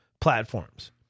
platforms